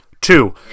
Two